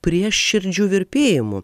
prieširdžių virpėjimu